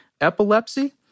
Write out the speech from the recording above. epilepsy